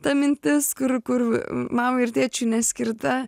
ta mintis kur kur mamai ir tėčiui neskirta